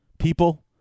People